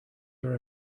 are